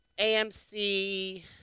AMC